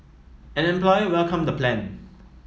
an employer welcomed the plan